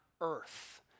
earth